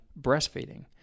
breastfeeding